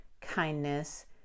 kindness